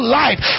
life